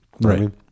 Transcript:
Right